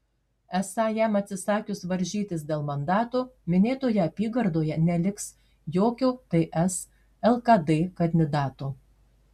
esą jam atsisakius varžytis dėl mandato minėtoje apygardoje neliks jokio ts lkd kandidato